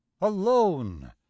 alone